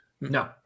No